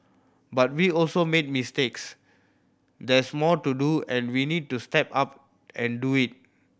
but we also made mistakes there's more to do and we need to step up and do it